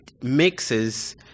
mixes